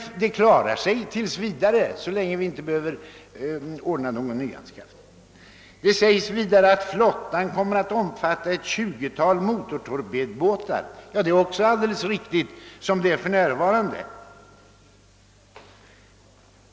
Det går bra så länge vi inte behöver ordna med nyanskaffning. Vidare framhålles i propositionen att flottan kommer att omfatta ett tjugutal motortorpedbåtar och det är också alldeles riktigt om man räknar med dagsläget.